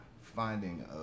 finding